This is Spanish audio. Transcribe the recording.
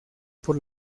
por